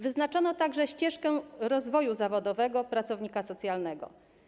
Wyznaczono także ścieżkę rozwoju zawodowego pracownika socjalnego.